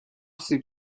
سیب